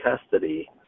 custody